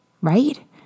right